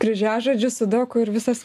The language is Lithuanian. kryžiažodžius sudoku ir visas